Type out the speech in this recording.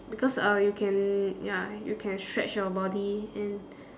because uh you can ya you can stretch your body and